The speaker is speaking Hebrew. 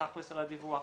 בתכלס על הדיווח.